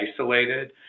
isolated